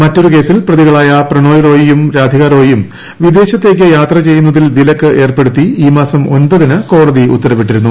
മറ്റൊരു കേസിൽ പ്രതികളായ പ്രണോയ് റോയിയും രാധികാ റോയിയും വിദേശത്തേക്ക് യാത്ര ചെയ്യുന്നതിൽ വിലക്ക് ഏർപ്പെടുത്തി ഈമാസം ഒമ്പതിന് കോടതി ഉത്തരവിട്ടിരുന്നു